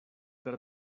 per